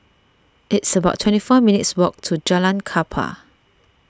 it's about twenty four minutes' walk to Jalan Kapal